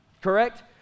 Correct